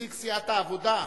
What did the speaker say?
נציג סיעת העבודה,